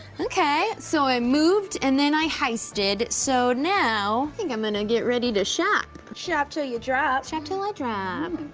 okay, so i moved and then i heisted, so now i think i'm gonna get ready to shop. shop til ya drop. shop til i drop.